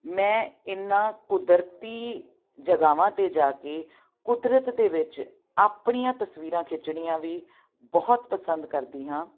ਮੈਂ ਇਹਨਾਂ ਕੁਦਰਤੀ ਜਗਾਵਾਂ 'ਤੇ ਜਾ ਕੇ ਕੁਦਰਤ ਦੇ ਵਿੱਚ ਆਪਣੀਆਂ ਤਸਵੀਰਾਂ ਖਿੱਚਣੀਆਂ ਵੀ ਬਹੁਤ ਪਸੰਦ ਕਰਦੀ ਹਾਂ